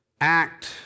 act